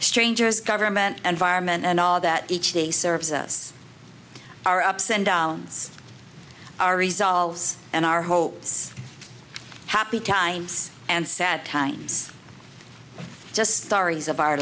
strangers government and vironment and all that each day serves us our ups and downs our resolves and our hopes happy times and sad times just stories of our